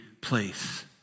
place